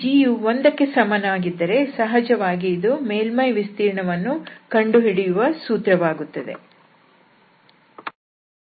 ಈ g ಯು 1 ಕ್ಕೆ ಸಮನಾಗಿದ್ದರೆ ಸಹಜವಾಗಿ ಇದು ಮೇಲ್ಮೈ ವಿಸ್ತೀರ್ಣವನ್ನು ಕಂಡುಹಿಡಿಯುವ ಸೂತ್ರವಾಗುತ್ತದೆ